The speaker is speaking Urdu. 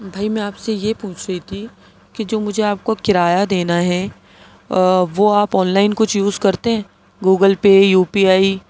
بھائی میں آپ سے یہ پوچھ رہی تھی کہ جو مجھے آپ کو کرایہ دینا ہے وہ آپ آن لائن کچھ یوز کرتے ہیں گوگل پے یو پی آئی